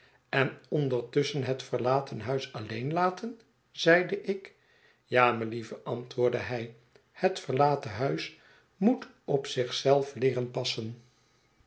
en ondertusschen het verlaten huis alleen laten zeide ik ja melieve antwoordde hij het verlaten huis moet op zich zelf leeren passen